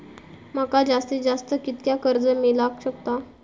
माका जास्तीत जास्त कितक्या कर्ज मेलाक शकता?